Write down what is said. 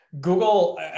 Google